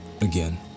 again